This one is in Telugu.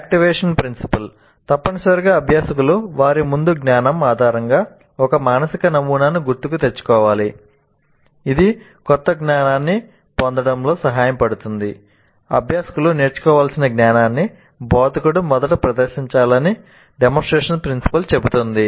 యాక్టివేషన్ ప్రిన్సిపల్ చెబుతుంది